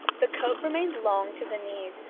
the coat remained long to the knees,